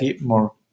more